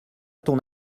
ton